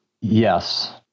Yes